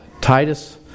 Titus